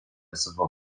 savo